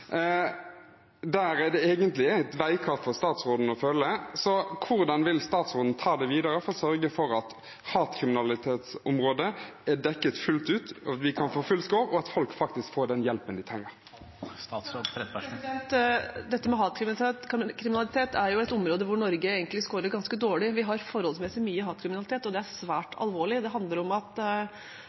det egentlig er et veikart for statsråden å følge. Hvordan vil statsråden ta det videre for å sørge for at hatkriminalitetsområdet er dekket fullt ut, slik at vi kan få full score, og at folk faktisk får den hjelpen de trenger? Det med hatkriminalitet er et område hvor Norge egentlig scorer ganske dårlig. Vi har forholdsvis mye hatkriminalitet, og det er svært alvorlig. Det handler om at